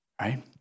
right